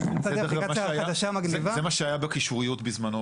אבל הוא יוכל לפעול,